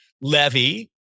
levy